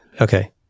Okay